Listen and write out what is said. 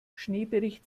schneebericht